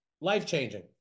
life-changing